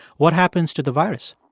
what happens to the virus?